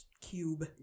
cube